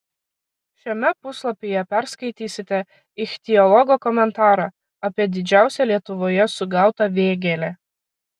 šiame puslapyje perskaitysite ichtiologo komentarą apie didžiausią lietuvoje sugautą vėgėlę